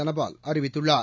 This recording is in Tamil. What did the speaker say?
தனபால் அறிவித்துள்ளார்